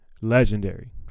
Legendary